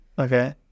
Okay